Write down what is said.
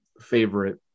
favorite